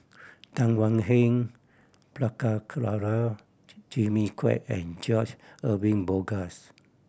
Tan Thuan Heng Prabhakara Jimmy Quek and George Edwin Bogaars